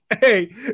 Hey